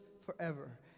forever